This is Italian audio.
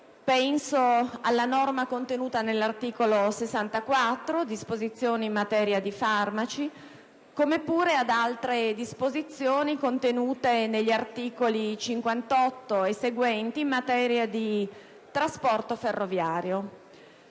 - alla norma contenuta nell'articolo 64, recante disposizioni in materia di farmaci, come pure ad altre disposizioni, contenute negli articoli 58 e seguenti, in materia di trasporto ferroviario.